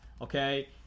okay